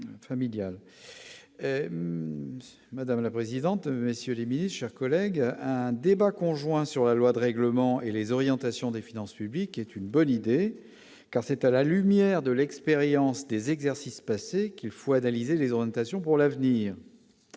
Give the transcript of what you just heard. madame la présidente, monsieur, les milices, chers collègues, un débat conjoint sur la loi de règlement et les orientations des finances publiques est une bonne idée, car c'est à la lumière de l'expérience des exercices passés, qu'il faut analyser les orientations pour l'avenir,